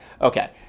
okay